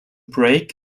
break